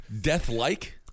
Deathlike